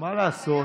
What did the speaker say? מה לעשות.